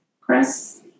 press